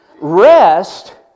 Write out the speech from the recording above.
Rest